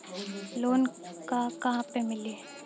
Loan का का पे मिलेला?